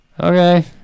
Okay